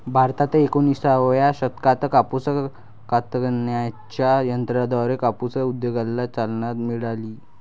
भारतात एकोणिसाव्या शतकात कापूस कातणाऱ्या यंत्राद्वारे कापूस उद्योगाला चालना मिळाली